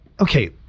okay